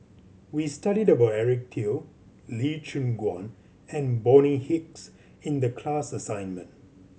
we studied about Eric Teo Lee Choon Guan and Bonny Hicks in the class assignment